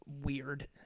weird